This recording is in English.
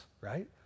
right